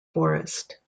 forest